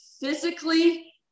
physically